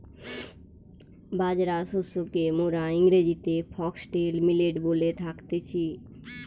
বাজরা শস্যকে মোরা ইংরেজিতে ফক্সটেল মিলেট বলে থাকতেছি